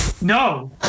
no